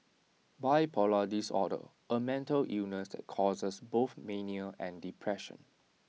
bipolar disorder A mental illness that causes both mania and depression